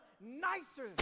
nicer